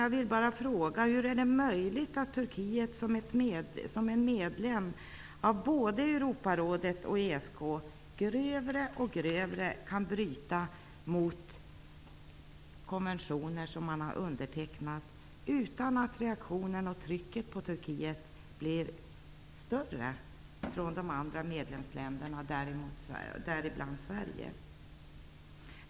Jag vill bara fråga: Hur är det möjligt att Turkiet, som är medlem i både Europarådet och ESK, grövre och grövre kan bryta mot konventioner som man har undertecknat, utan att reaktionen mot och trycket på Turkiet blir större från de andra medlemsländerna, däribland Sverige?